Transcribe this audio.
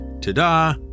Ta-da